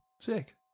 Sick